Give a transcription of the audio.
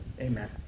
Amen